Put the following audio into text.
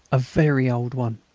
a very old one.